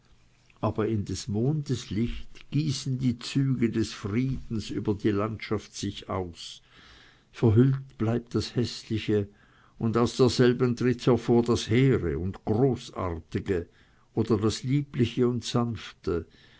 aber in des mondes licht gießen die züge des friedens über die landschaft sich aus verhüllt bleibt das häßliche und aus derselben tritt hervor das hehre und großartige oder das liebliche und sanfte